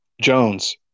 Jones